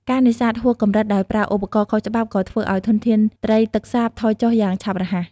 ការនេសាទហួសកម្រិតដោយប្រើឧបករណ៍ខុសច្បាប់ក៏ធ្វើឲ្យធនធានត្រីទឹកសាបថយចុះយ៉ាងឆាប់រហ័ស។